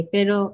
Pero